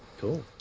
Cool